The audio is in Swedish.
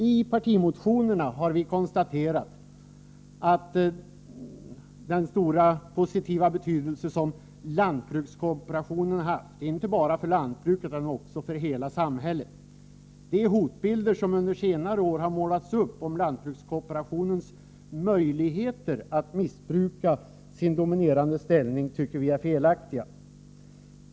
I partimotionerna har vi konstaterat den stora positiva betydelse som lantbrukskooperationen har haft, inte bara för lantbruket utan för hela samhället. De hotbilder som under senare år har målats upp om lantbrukskooperationens möjligheter att missbruka sin dominerande ställning anser vi vara felaktiga.